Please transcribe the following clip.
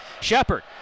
Shepard